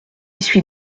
suis